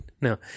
No